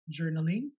journaling